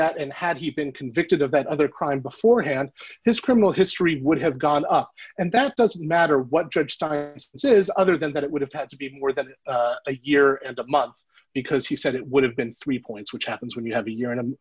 that and had he been convicted of that other crime beforehand his criminal history would have gone up and that doesn't matter what judge starr says other than that it would have had to be more than a year and a month because he said it would have been three points which happens when you have a year in a